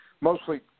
mostly